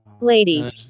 Lady